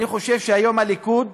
אני חושב שהיום הליכוד